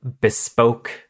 bespoke